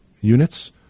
units